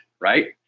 right